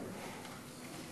למכינות "אופק"?